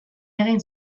egin